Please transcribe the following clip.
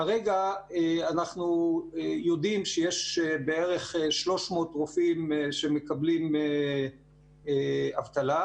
כרגע אנחנו יודעים שיש בערך 300 רופאים שמקבלים אבטלה,